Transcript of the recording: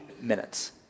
minutes